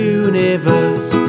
universe